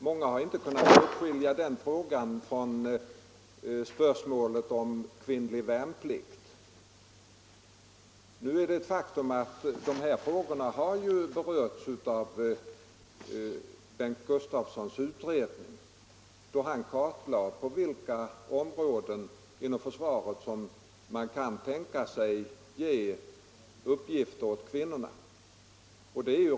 Många har inte kunnat skilja denna fråga från spörsmålet om kvinnlig värnplikt. Nu är det ett faktum att dessa frågor har berörts i Bengt Gustavssons utredning då han kartlade på vilka områden inom försvaret som man kan tänka sig att ge uppgifter åt kvinnorna.